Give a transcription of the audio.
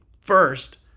first